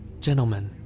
Gentlemen